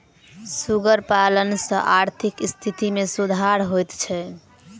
सुगर पालन सॅ आर्थिक स्थिति मे सुधार होइत छै